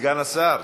סגן השר.